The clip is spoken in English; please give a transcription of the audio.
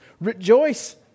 rejoice